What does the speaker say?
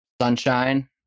sunshine